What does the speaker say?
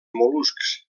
mol·luscs